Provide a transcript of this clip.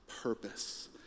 purpose